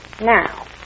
Now